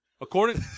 According